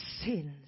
sins